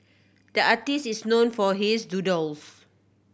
the artist is known for his doodles